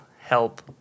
help